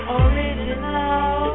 original